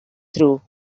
through